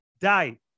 die